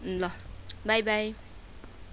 ल बाई बाई